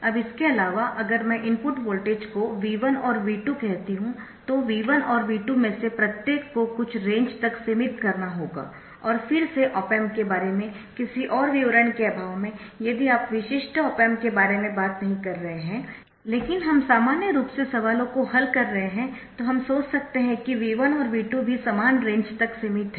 अब इसके अलावा अगर मैं इनपुट वोल्टेज को V1 और V2 कहती हूं तो V1 और V2 में से प्रत्येक को कुछ रेंज तक सीमित करना होगा और फिर से ऑप एम्प के बारे में किसी और विवरण के अभाव में यदि आप विशिष्ट ऑप एम्प के बारे में बात नहीं कर रहे है लेकिन हम सामान्य रूप से सवालों को हल कर रहे है तो हम सोच सकते है कि V1 और V2 भी समान रेंज तक सीमित है